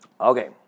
Okay